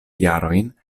jarojn